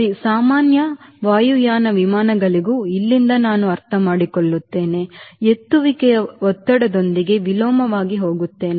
ಸಾಮಾನ್ಯ ಸಾಮಾನ್ಯ ವಾಯುಯಾನ ವಿಮಾನಗಳಿಗೂ ಇಲ್ಲಿಂದ ನಾನು ಅರ್ಥಮಾಡಿಕೊಳ್ಳುತ್ತೇನೆ ಎತ್ತುವಿಕೆಯು ಒತ್ತಡದೊಂದಿಗೆ ವಿಲೋಮವಾಗಿ ಹೋಗುತ್ತದೆ